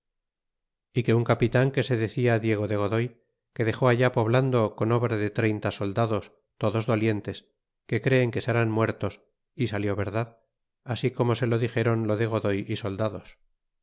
y que un capitan que se decia diego de godoy que dexó allá poblando con obra de treinta soldados todos dolientes que creen que serán muertos ó salió verdad así como se lo dixéron lo de godoy y soldados